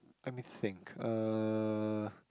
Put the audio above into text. let me think uh